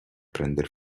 prender